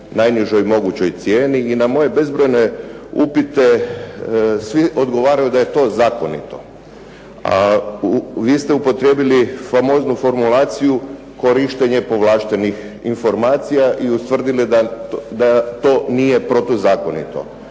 najnižoj mogućoj cijeni. I na moje bezbrojne upite svi odgovaraju da je to zakonito. A vi ste upotrijebili famoznu formulaciju korištenje povlaštenih informacija i utvrdili da to nije protuzakonito.